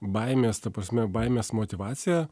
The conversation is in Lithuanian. baimės ta prasme baimės motyvacija